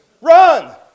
Run